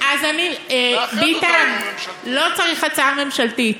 אז אני, ביטן, לא צריך הצעה ממשלתית.